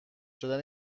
شدن